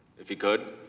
if you could?